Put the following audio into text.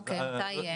אוקי, מתי יהיה?